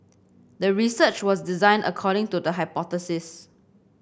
the research was designed according to the hypothesis